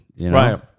Right